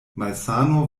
malsano